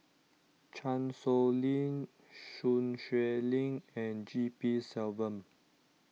Chan Sow Lin Sun Xueling and G P Selvam